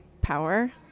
power